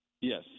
yes